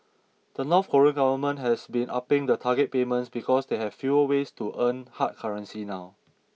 the North Korean government has been upping the target payments because they have fewer ways to earn hard currency now